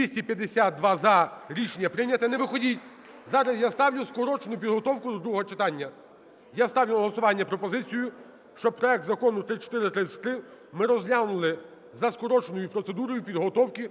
За-252 Рішення прийняте. Не виходьте. Зараз я ставлю скорочену підготовку до другого читання. Я ставлю на голосування пропозицію, щоб проект Закону 3433 ми розглянули за скороченою процедурою підготовки